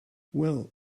well